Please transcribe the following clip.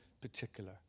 particular